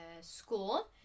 school